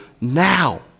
now